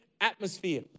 atmosphere